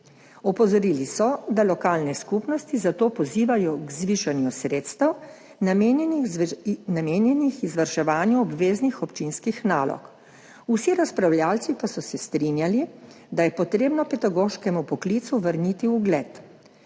Opozorili so, da lokalne skupnosti zato pozivajo k zvišanju sredstev, namenjenih izvrševanju obveznih občinskih nalog. Vsi razpravljavci pa so se strinjali, da je potrebno pedagoškemu poklicu vrniti ugled